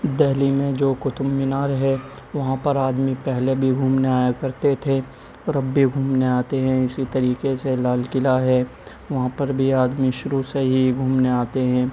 دہلی میں جو قطب مینار ہے وہاں پر آدمی پہلے بھی گھومنے آیا کرتے تھے اور اب بھی گھومنے آتے ہیں اسی طریقے سے لال قلعہ ہے وہاں پر بھی آدمی شروع سے ہی گھومنے آتے ہیں